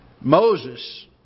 Moses